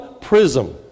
prism